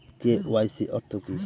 KYC অর্থ কি?